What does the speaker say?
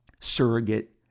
surrogate